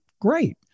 great